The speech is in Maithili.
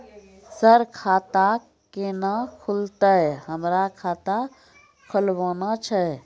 सर खाता केना खुलतै, हमरा खाता खोलवाना छै?